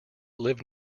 live